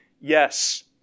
yes